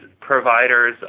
providers